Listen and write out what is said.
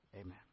Amen